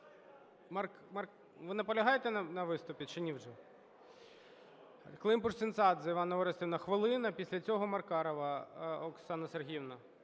Ви наполягаєте на виступі чи ні вже? Климпуш-Цинцадзе Іванна Орестівна – хвилина. Після цього Маркарова Оксана Сергіївна.